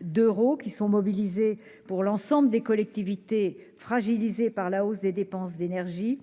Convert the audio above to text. d'euros sont mobilisés pour l'ensemble des collectivités fragilisées par l'augmentation des dépenses d'énergies.